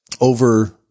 over